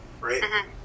right